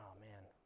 man.